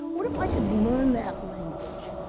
what if i could learn that language?